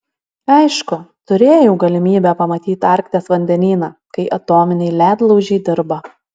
aišku turėjau galimybę pamatyti arkties vandenyną kai atominiai ledlaužiai dirba